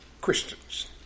Christians